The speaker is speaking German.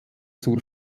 zur